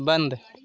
बंद